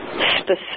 specific